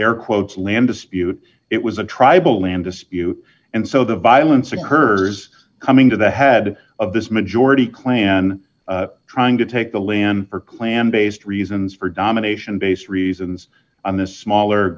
air quotes land dispute it was a tribal land dispute and so the violence occurs coming to the head of this majority clan trying to take the land for clan based reasons for domination based reasons on this smaller